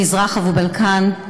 המזרח והבלקן,